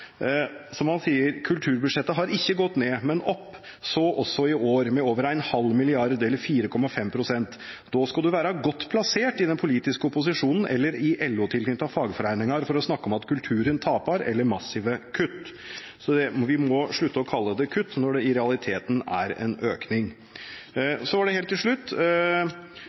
ofte. Han skriver: «Kulturbudsjettet har ikkje gått ned, men opp. Så også i år, med over ein halv milliard, eller 4,5 prosent. Då skal du vera godt plassert i den politiske opposisjonen eller i LO-tilknytta fagforeiningar for å snakka om at «kulturen tapar» eller «massive kutt».» Vi må slutte å kalle det kutt når det i realiteten er en økning. Så helt til slutt: